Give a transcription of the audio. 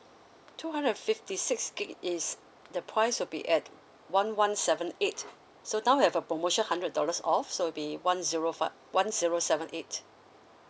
two hundred and fifty six gig is the price will be at one one seven eight so now we have a promotion hundred dollars off so it'll be one zero fi~ one zero seven eight